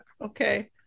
Okay